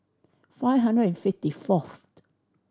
five hundred and fifty fourth